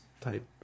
type